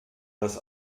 das